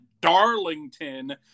darlington